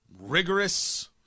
rigorous